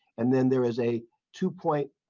and then there is a two point.